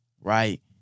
right